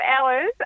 hours